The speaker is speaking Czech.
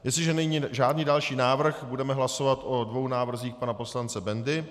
Jestliže není žádný další návrh, budeme hlasovat o dvou návrzích pana poslance Bendy.